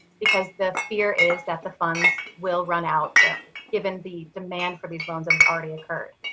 because the fear is that the funds will run out given the demand for these loans has already occurred.